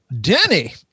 Denny